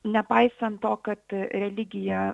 nepaisant to kad religija